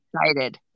excited